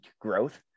growth